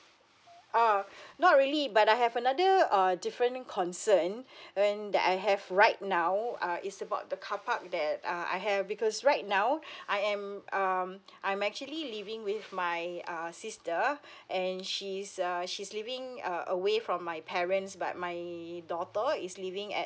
ah not really but I have another err different concern when that I have right now uh is about the carpark that uh I have because right now I am um I'm actually living with my err sister and she's uh she's leaving uh away from my parents but my daughter is living at